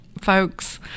folks